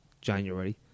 January